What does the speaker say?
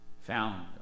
found